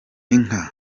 inka